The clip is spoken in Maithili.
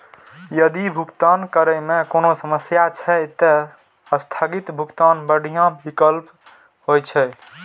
यदि भुगतान करै मे कोनो समस्या छै, ते स्थगित भुगतान बढ़िया विकल्प होइ छै